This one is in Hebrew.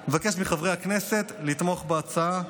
אני מבקש מחברי הכנסת לתמוך בהצעה.